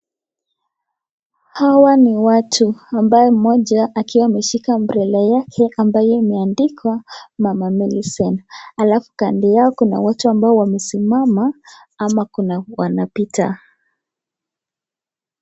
Hawa ni watu ambao akiwa mmoja akiwa ameshika umbrella yake akiwa imeandikwa mama Millicent. Alafu kando yao kuna watu ambao wamesimama ama wanapita.